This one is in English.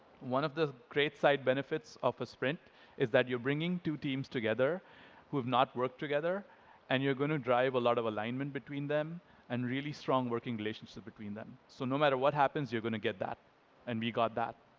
one of the great side benefits of a sprint is that you're bringing two teams together who have not worked together and you're going to drive a lot of alignment between them and strong relationship between them. so no matter what happens, you're going to get that and we got that.